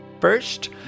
First